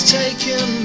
taken